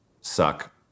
suck